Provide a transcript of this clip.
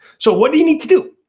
so what do you need to do?